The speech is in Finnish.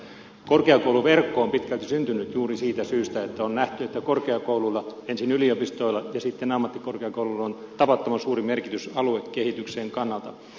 korkeakouluverkko on pitkälti syntynyt juuri siitä syystä että on nähty että korkeakouluilla ensin yliopistoilla ja sitten ammattikorkeakouluilla on tavattoman suuri merkitys aluekehityksen kannalta